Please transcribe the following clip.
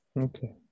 Okay